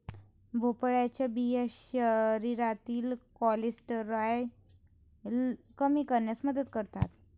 भोपळ्याच्या बिया शरीरातील कोलेस्टेरॉल कमी करण्यास मदत करतात